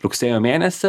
rugsėjo mėnesį